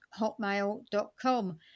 hotmail.com